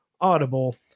audible